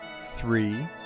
three